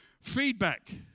feedback